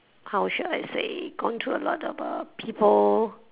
culture I say gone to a lot of uh people